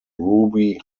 ruby